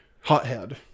Hothead